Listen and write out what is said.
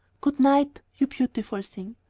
good-night, you beautiful thing.